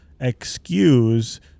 excuse